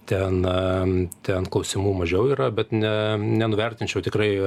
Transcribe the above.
ten ten klausimų mažiau yra bet ne nenuvertinčiau tikrai